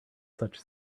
such